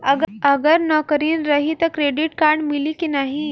अगर नौकरीन रही त क्रेडिट कार्ड मिली कि ना?